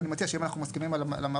אני מציע שאם אנחנו מסכימים על המהות,